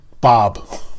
Bob